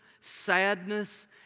sadness